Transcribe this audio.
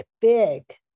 big